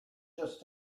just